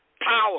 Power